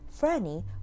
Franny